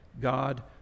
God